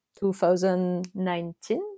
2019